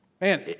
Man